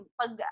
pag